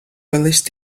welaist